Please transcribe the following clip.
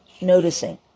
noticing